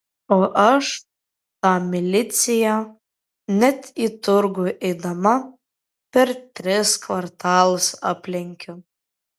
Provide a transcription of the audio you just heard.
o aš tą miliciją net į turgų eidama per tris kvartalus aplenkiu